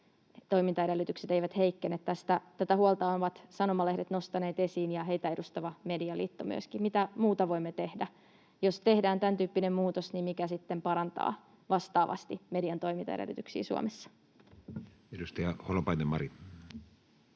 toimintaedellytykset eivät heikkene. Tätä huolta ovat sanomalehdet nostaneet esiin ja heitä edustava medialiitto myöskin. Mitä muuta voimme tehdä? Jos tehdään tämäntyyppinen muutos, niin mikä sitten parantaa vastaavasti median toimintaedellytyksiä Suomessa? [Speech 232] Speaker: